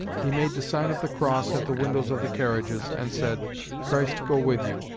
he made the sign of the cross at the windows of the carriages, and said christ go with you!